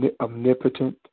omnipotent